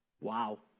Wow